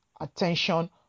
attention